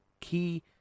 key